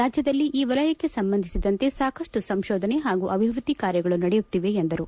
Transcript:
ರಾಜ್ಯದಲ್ಲಿ ಈ ವಲಯಕ್ಷೆ ಸಂಬಂಧಿಸಿದಂತೆ ಸಾಕಷ್ಟು ಸಂತೋಧನೆ ಹಾಗೂ ಅಭಿವೃದ್ದಿ ಕಾರ್ಯಗಳು ನಡೆಯುತ್ತಿವೆ ಎಂದರು